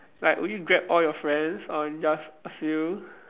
like would you grab all your friends or just a few